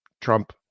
Trump